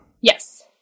Yes